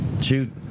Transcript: shoot